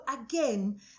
again